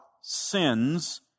sins